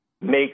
make